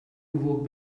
work